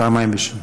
פעמיים בשנה.